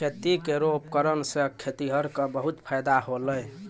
खेती केरो उपकरण सें खेतिहर क बहुत फायदा होलय